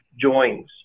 joins